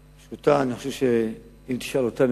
אני חושב שאם תשאל אותם,